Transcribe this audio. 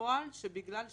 "מעשה